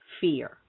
fear